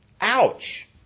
Ouch